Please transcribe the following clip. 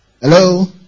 Hello